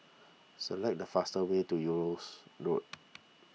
select the fastest way to Eunos Road